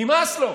נמאס לו.